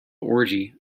orgy